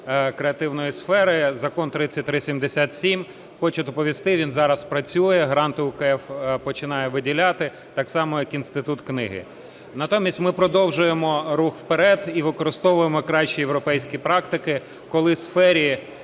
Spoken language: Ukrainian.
креативної сфери, Закон 3377. Хочу доповісти, він зараз працює, гранти УКФ починає виділяти, так само як "Інститут книги". Натомість ми продовжуємо рух вперед і використовуємо кращі європейські практики, коли сфері